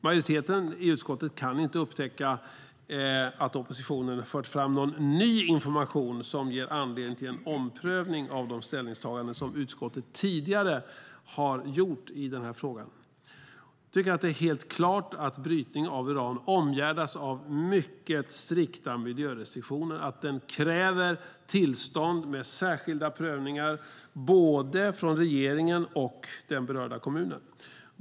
Majoriteten i utskottet kan inte upptäcka att oppositionen har fört fram någon ny information som ger anledning till en omprövning av de ställningstaganden som utskottet tidigare har gjort i den här frågan. Jag tycker att det är helt klart att brytning av uran omgärdas av mycket strikta miljörestriktioner. Det krävs tillstånd med särskilda prövningar både från regeringen och från den berörda kommunen.